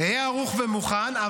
היה ערוך ומוכן.